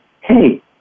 hey